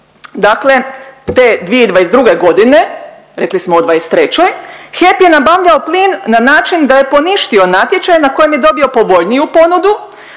dakle te 2022.g., rekli smo o '23., HEP je nabavljao plin na način da je poništio natječaj na kojem je dobio povoljniju ponudu,